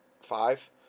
five